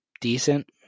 decent